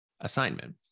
assignment